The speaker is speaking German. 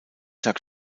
tag